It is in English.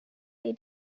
they